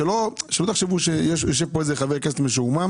שלא תחשבו שיושב כאן חבר כנסת משועמם